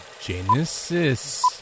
Genesis